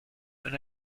and